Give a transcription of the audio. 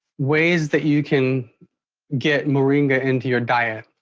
ways that you can get moringa into your diet,